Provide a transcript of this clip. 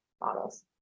models